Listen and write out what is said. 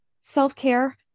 self-care